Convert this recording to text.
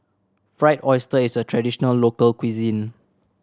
Fried Oyster is a traditional local cuisine